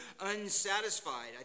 unsatisfied